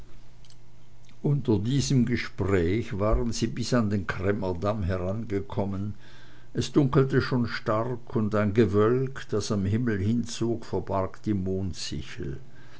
unter diesem gespräch waren sie bis an den cremmer damm herangekommen es dunkelte schon stark und ein gewölk das am himmel hinzog verbarg die mondsichel